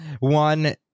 One